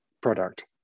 product